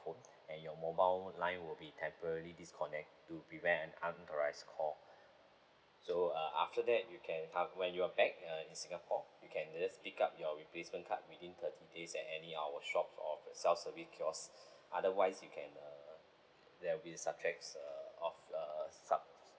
phone and your mobile line will be temporarily disconnect to prevent unauthorised call so uh after that you can when you're back uh in singapore you can just pick up your replacement card within thirty days at any of our shop or self-service kiosk otherwise you can err there'll be subjects err of uh sub